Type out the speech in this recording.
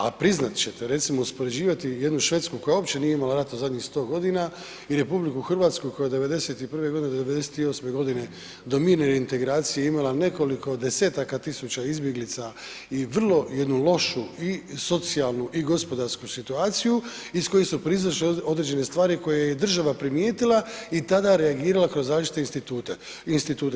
A priznat ćete recimo uspoređivati jednu Švedsku koja uopće nije imala rata u zadnjih 100 godina i RH koja '91. do '98. godine do mirne reintegracije imala nekoliko 10-taka tisuća izbjeglica i vrlo jednu lošu i socijalnu i gospodarsku situaciju iz koje su proizašle određene stvari koje je i država primijetila i tada reagirala kroz različite institute.